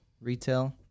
retail